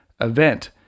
event